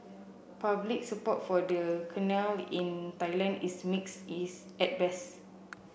public support for the canal in Thailand is mixed is at best